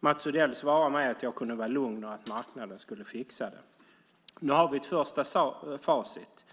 Mats Odell svarade mig att jag kunde vara lugn och att marknaden skulle fixa detta. Nu har vi ett första facit.